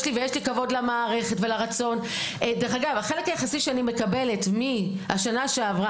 דרך אגב החלק היחסי שאני מקבלת מהשנה שעברה,